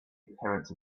appearance